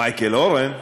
מייקל אורן,